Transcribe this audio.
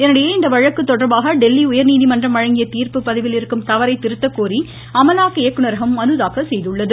இதனிடையே இவ்வழக்கு தொடர்பாக தில்லி உயர்நீதிமன்றம் வழங்கிய தீர்ப்பு பதிவில் இருக்கும் தவறை திருத்தக்கோரி அமலாக்க இயக்குநரகம் மனு தாக்கல் செய்துள்ளது